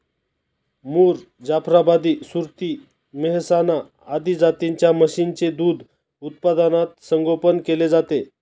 मुर, जाफराबादी, सुरती, मेहसाणा आदी जातींच्या म्हशींचे दूध उत्पादनात संगोपन केले जाते